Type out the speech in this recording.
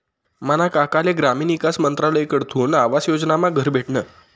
मना काकाले ग्रामीण ईकास मंत्रालयकडथून आवास योजनामा घर भेटनं